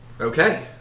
Okay